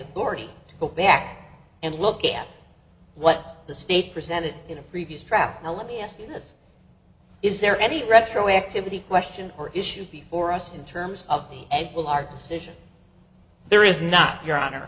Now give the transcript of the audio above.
authority to go back and look at what the state presented in a previous draft now let me ask you this is there any retroactivity question or issue before us in terms of the will our position there is not your honor